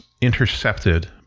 intercepted